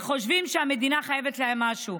וחושבים שהמדינה חייבת להם משהו.